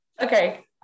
Okay